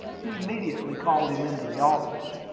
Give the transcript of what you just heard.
he immediately called him into the office.